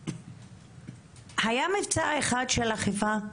היה מבצע אחד של אכיפה?